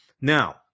Now